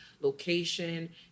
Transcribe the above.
location